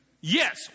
Yes